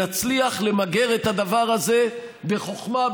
ונצליח למגר את הדבר הזה בחוכמה,